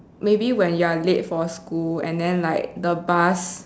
maybe when you're late for school and then like the bus